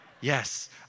yes